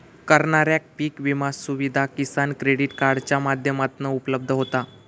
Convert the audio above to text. करणाऱ्याक पीक विमा सुविधा किसान क्रेडीट कार्डाच्या माध्यमातना उपलब्ध होता